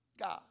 God